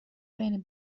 بین